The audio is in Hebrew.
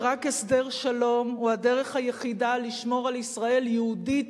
שרק הסדר שלום הוא הדרך היחידה לשמור על ישראל יהודית,